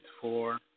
four